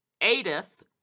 Adith